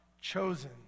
chosen